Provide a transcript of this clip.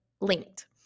linked